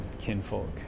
kinfolk